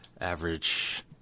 average